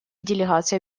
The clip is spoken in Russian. делегация